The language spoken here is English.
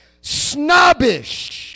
Snobbish